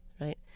right